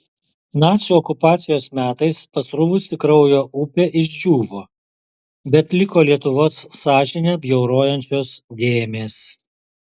nacių okupacijos metais pasruvusi kraujo upė išdžiūvo bet liko lietuvos sąžinę bjaurojančios dėmės